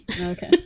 Okay